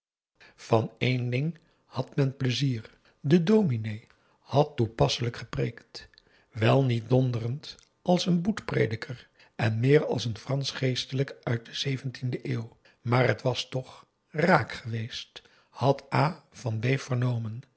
van één ding had men pleizier de dominé had toepasselijk gepreekt wel niet donderend als een boetprediker en meer als een fransch geestelijke uit de xviie eeuw maar t was toch raak geweest had a van b vernomen